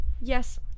Yes